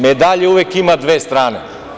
Medalja uvek ima dve strane.